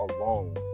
alone